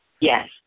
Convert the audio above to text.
Yes